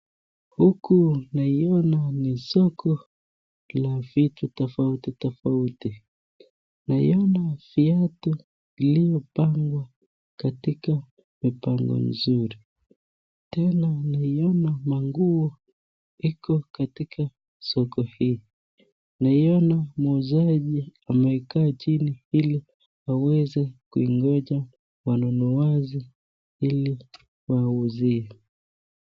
Huku naiona ni soko la vitu tofauti tofauti. Naiona viatu iliyopangwa katika mipango nzuri. Tena naiona manguo iko katika soko hii. Naiona muuzaji amekaa chini ili aweze kuingoja wanunuaji ili wawauzie.